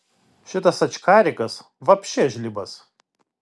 šitas ačkarikas vapše žlibas